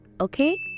okay